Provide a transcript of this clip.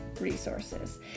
resources